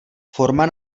forma